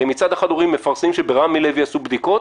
הרי מצד אחד מפרסמים שברמי לוי עשו בדיקות,